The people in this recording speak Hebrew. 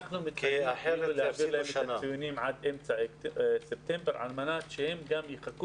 אנחנו נעביר את הציונים עד אמצע ספטמבר על מנת שהם יחכו